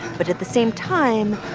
but at the same time,